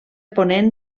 ponent